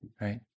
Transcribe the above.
right